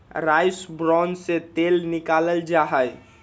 rice bran से तेल निकाल्ल जाहई